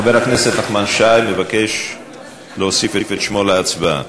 חבר הכנסת נחמן שי מבקש להוסיף את שמו להצבעה.